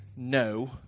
No